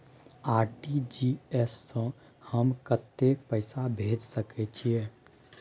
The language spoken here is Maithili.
आर.टी.जी एस स हम कत्ते पैसा भेज सकै छीयै?